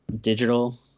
digital